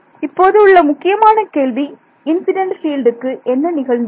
இப்போது உள்ள முக்கியமான கேள்வி இன்சிடென்ட் பீல்டுக்கு என்ன நிகழ்ந்தது